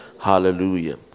Hallelujah